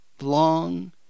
long